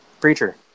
preacher